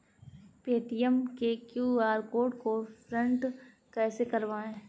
Paytm के QR code को print कैसे करवाएँ?